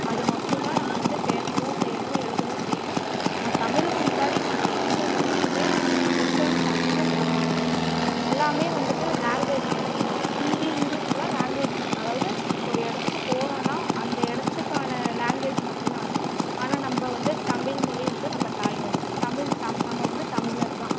அது மட்டும்தான் நம்ப வந்து பேசவும் செய்யணும் எழுதவும் செய்யணும் தமிழ்க்கு முன்னாடி மற்ற எந்த மொழிக்குமே நம்ப ப்ரீஃபெரென்ஸ் அதிகம் கொடுக்க கூடாது எல்லாமே வந்துட்டு லாங்குவேஜ் மட்டும்தான் ஹிந்தி இங்கிலிஷ்லாம் லாங்குவேஜ் அதாவது ஒரு இடத்துக்கு போறோன்னால் அந்த இடத்துக்கான லாங்குவேஜ் மட்டும்தான் அது ஆனால் நம்ப வந்து தமிழ்மொழி வந்து நம்ப தாய்மொழி தமிழ் தமி நம்ம வந்து தமிழர் தான்